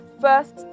first